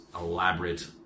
elaborate